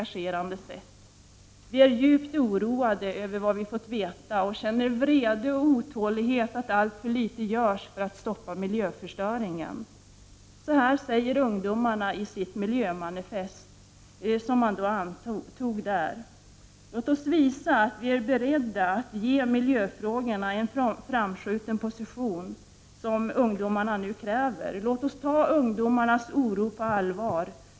Så här säger ungdomarna i det miljömanifest som antogs: ”Vi är djupt oroade över vad vi fått veta och känner en vrede och otålighet över att alltför litet görs för att stoppa miljöförstöringen.” Låt oss visa att vi är beredda att ge miljöfrågorna en framskjuten position, som ungdomarna nu kräver. Låt oss ta ungdomarnas oro på allvar.